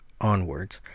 onwards